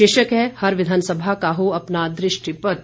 शीर्षक है हर विधानसभा का हो अपना दृष्टि पत्र